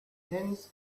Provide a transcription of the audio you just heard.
dennis